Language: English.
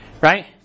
right